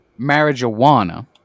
Marijuana